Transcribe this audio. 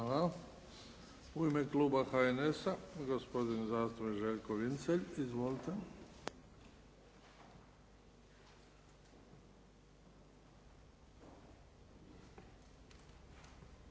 U ime kluba HNS-a gospodin zastupnik Željko Vincelj. Izvolite.